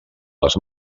les